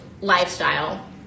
lifestyle